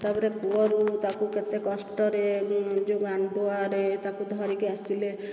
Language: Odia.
ତାପରେ କୂଅରୁ ତାକୁ କେତେ କଷ୍ଟରେ ନିଜ ଆଣ୍ଟୁଆରେ ତାକୁ ଧରିକି ଆସିଲେ